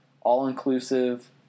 all-inclusive